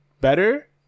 better